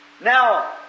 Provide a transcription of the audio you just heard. Now